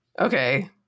Okay